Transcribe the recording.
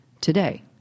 today